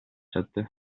sette